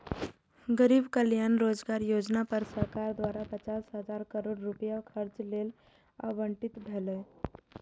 गरीब कल्याण रोजगार योजना पर सरकार द्वारा पचास हजार करोड़ रुपैया खर्च लेल आवंटित भेलै